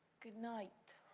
good night!